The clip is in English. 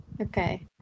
Okay